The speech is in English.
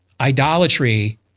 Idolatry